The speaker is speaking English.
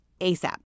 ASAP